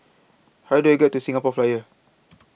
How Do I get to The Singapore Flyer